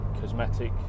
cosmetic